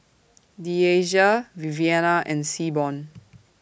Deasia Viviana and Seaborn